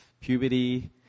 puberty